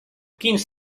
quins